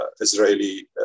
Israeli